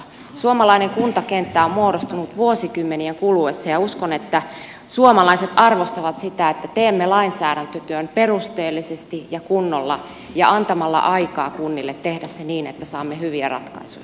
suomalainen kuntakenttä on muodostunut vuosikymmenien kuluessa ja uskon että suomalaiset arvostavat sitä että teemme lainsäädäntötyön perusteellisesti ja kunnolla ja antamalla aikaa kunnille tehdä se niin että saamme hyviä ratkaisuja